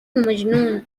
مجنون